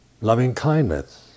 loving-kindness